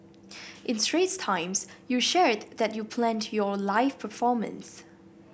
in Straits Times you shared that you planned your live performance